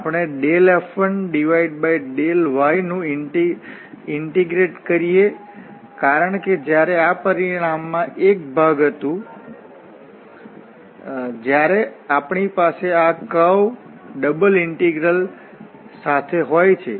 આપણે F1∂y નું ઇન્ટીગ્રેટ કરીએ કારણ કે જ્યારે આ પરિણામમાં એક ભાગ હતું જ્યારે અમારી પાસે આ કર્વ ડબલ ઇન્ટિગ્રલ સાથે હોય છે